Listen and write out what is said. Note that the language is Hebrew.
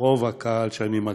רוב הקהל שאני מכיר,